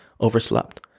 overslept